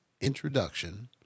introduction